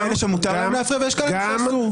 יש כאלה שמותר להם להפריע, ויש כאלה שאסור להם.